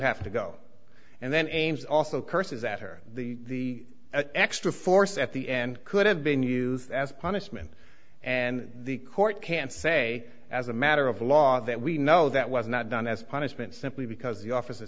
have to go and then names also curses that are the extra force at the end could have been used as punishment and the court can say as a matter of law that we know that was not done as punishment simply because the office